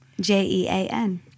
J-E-A-N